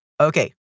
Okay